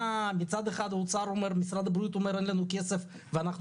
מצד אחד משרד הבריאות אומר 'אין לנו כסף ואנחנו